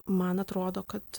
man atrodo kad